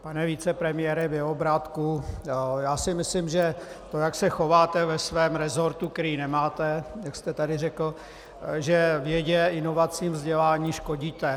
Pane vicepremiére Bělobrádku, já si myslím, že to, jak se chováte ve svém resortu, který nemáte, jak jste tady řekl, tak vědě, inovacím a vzdělání škodíte.